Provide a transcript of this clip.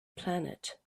planet